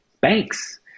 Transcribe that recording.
banks